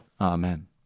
amen